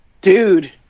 dude